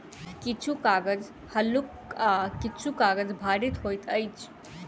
किछु कागज हल्लुक आ किछु काजग भारी होइत अछि